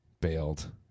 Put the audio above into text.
Bailed